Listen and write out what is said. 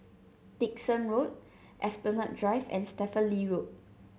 Dickson Road Esplanade Drive and Stephen Lee Road